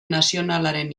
nazionalaren